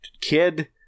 kid